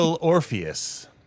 Orpheus